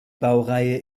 baureihe